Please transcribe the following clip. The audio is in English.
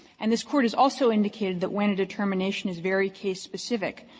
and this court has also indicated that when a determination is very case specific,